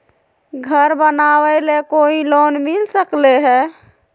घर बनावे ले कोई लोनमिल सकले है?